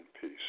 peace